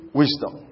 wisdom